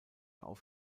auf